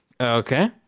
Okay